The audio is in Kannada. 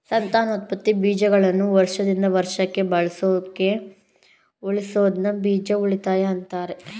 ಸಂತಾನೋತ್ಪತ್ತಿ ಬೀಜಗಳನ್ನು ವರ್ಷದಿಂದ ವರ್ಷಕ್ಕೆ ಬಳಸೋದಕ್ಕೆ ಉಳಿಸೋದನ್ನ ಬೀಜ ಉಳಿತಾಯ ಅಂತಾರೆ